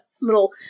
little